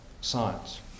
science